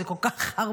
זה כל כך הרבה,